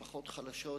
משפחות חלשות,